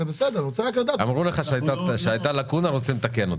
הם אמרו לך שהייתה לקונה שהם רוצים לתקן.